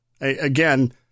again